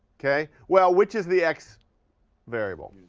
okay, well which is the x variable?